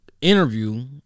interview